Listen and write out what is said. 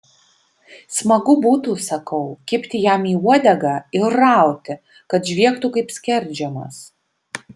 smagu būtų sakau kibti jam į uodegą ir rauti kad žviegtų kaip skerdžiamas